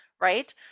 right